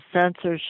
censorship